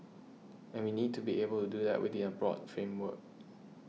and we need to be able to do that within a broad framework